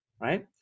right